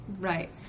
Right